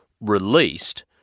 released